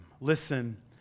Listen